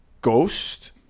Ghost